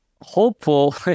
hopeful